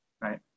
right